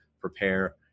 prepare